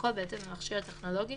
והכול בהתאם למכשיר הטכנולוגי